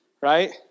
Right